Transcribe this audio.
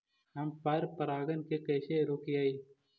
हम पर परागण के कैसे रोकिअई?